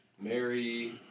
Mary